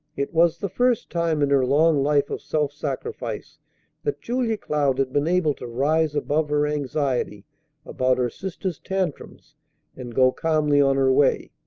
it was the first time in her long life of self-sacrifice that julia cloud had been able to rise above her anxiety about her sister's tantrums and go calmly on her way.